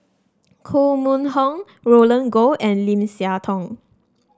Koh Mun Hong Roland Goh and Lim Siah Tong